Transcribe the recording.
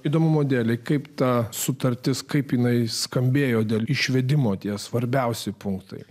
įdomumo dėlei kaip ta sutartis kaip jinai skambėjo dėl išvedimo tie svarbiausi punktai